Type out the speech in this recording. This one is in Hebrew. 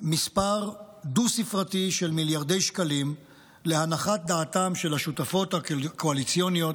מספר דו-ספרתי של מיליארדי שקלים להנחת דעתם של השותפות הקואליציוניות,